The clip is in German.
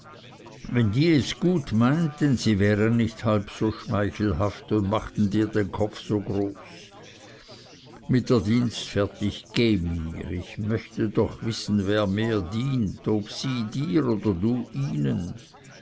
wenn die es gut meinten sie wären nicht halb so schmeichelhaft und machten dir den kopf so groß mit der dienstfertigkeit gehe mir ich möchte doch wissen wer mehr dienet ob sie dir oder du ihnen